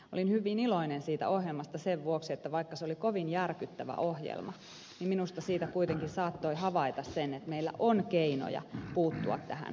olin hyvin iloinen siitä ohjelmasta sen vuoksi että vaikka se oli kovin järkyttävä ohjelma niin minusta siitä kuitenkin saattoi havaita sen että meillä on keinoja puuttua tähän asiaan